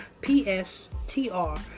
P-S-T-R